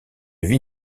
vie